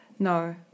No